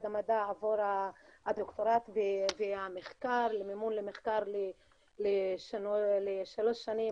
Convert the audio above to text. המדע עבור הדוקטורט והמחקר למימון למחקר לשלוש שנים,